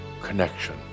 connection